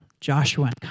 Joshua